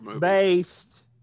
based